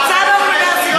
הרצאה באוניברסיטה.